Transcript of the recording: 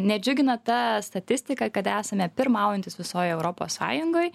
nedžiugina ta statistika kad esame pirmaujantys visoj europos sąjungoj